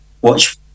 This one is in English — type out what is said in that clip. watch